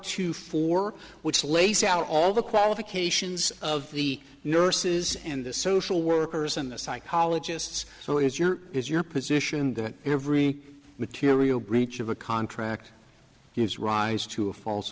two for which lays out all the qualifications of the nurses and the social workers and the psychologists so is your is your position that every material breach of a contract gives rise to a false